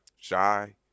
shy